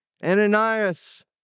Ananias